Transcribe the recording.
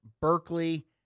Berkeley